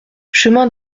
chemin